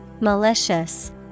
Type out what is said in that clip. Malicious